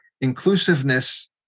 inclusiveness